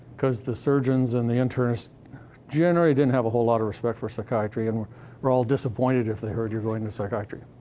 because the surgeons and the internists generally didn't have a whole lot of respect for psychiatry, and were were all disappointed if they heard you're going to psychiatry.